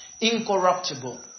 incorruptible